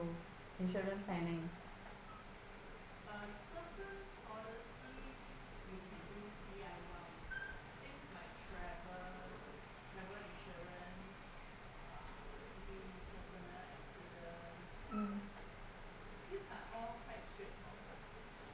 insurance planning